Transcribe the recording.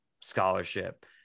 scholarship